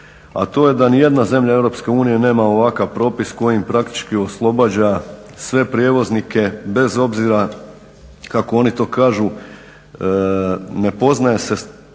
a to je da niti jedna zemlja Europske unije nema ovakav propis kojim praktički oslobađa sve prijevoznike bez obzira kako oni to kažu, ne poznaje se